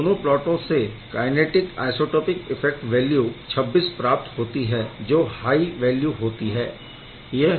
इन दोनों प्लॉट से kinetic isotopic effect value 26 प्राप्त होती है जो हाय वैल्यू होती है